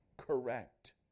Correct